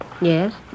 Yes